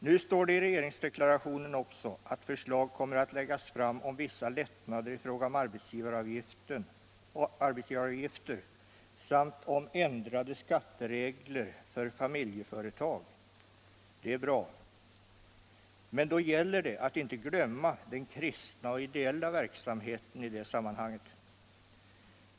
Nu står det i regeringsdeklarationen att förslag kommer att läggas fram om vissa lättnader i fråga om arbetsgivaravgifter samt om ändrade skatteregler för familjeföretag. Det är bra. Men då gäller det att inte glömma den kristna och ideella verksamheten i det sammanhanget.